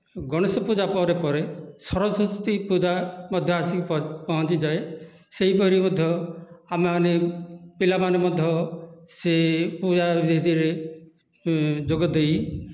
ଗଣେଶ ପୂଜା ପରେ ପରେ ସରସ୍ଵତୀ ପୂଜା ମଧ୍ୟ ଆସିକି ପହଞ୍ଚି ପହଞ୍ଚି ଯାଏ ସେହିପରି ମଧ୍ୟ ଆମେ ମାନେ ପିଲାମାନେ ମଧ୍ୟ ସେ ପୂଜା ଭିତରେ ଯୋଗ ଦେଇ